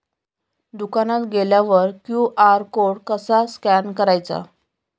दुकानात गेल्यावर QR code कसा स्कॅन करायचा?